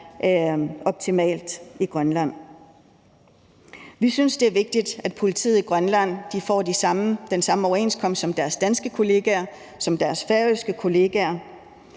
optimalt, i Grønland. Vi synes, det er vigtigt, at politiet i Grønland får den samme overenskomst som deres danske kollegaer og som deres færøske kollegaer,